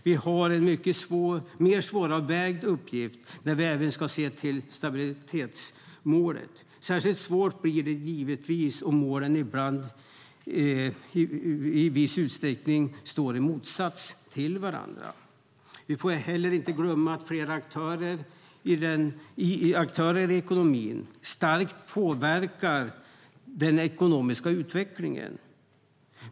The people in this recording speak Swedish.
Vi har en mer svåravvägd uppgift när vi även ska se till stabilitetsmålet. Särskilt svårt blir det givetvis om målen ibland i viss utsträckning står i motsats till varandra. Vi får heller inte glömma att flera aktörer i ekonomin starkt påverkar den ekonomiska utvecklingen.